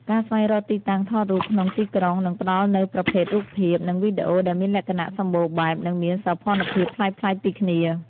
ការស្វែងរកទីតាំងថតរូបក្នុងទីក្រុង នឹងផ្ដល់នូវប្រភេទរូបភាព និងវីដេអូដែលមានលក្ខណៈសម្បូរបែប និងមានសោភ័ណភាពប្លែកៗពីគ្នា។